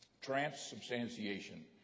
transubstantiation